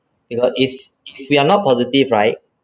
because if if we are not positive right